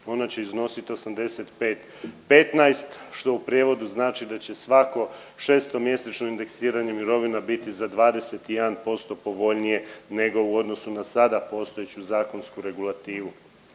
ona će iznositi 85 15 što u prijevodu znači da će svako šestomjesečno indeksiranje mirovina biti za 21% povoljnije nego u odnosu na sada postojeću zakonsku regulativu.